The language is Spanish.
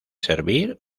servir